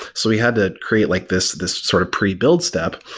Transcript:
so we had to create like this this sort of pre-build step.